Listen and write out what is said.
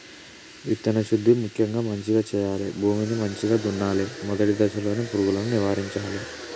విత్తన శుద్ధి ముక్యంగా మంచిగ చేయాలి, భూమిని మంచిగ దున్నలే, మొదటి దశలోనే పురుగులను నివారించాలే